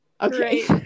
Okay